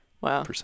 Wow